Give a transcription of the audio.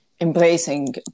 embracing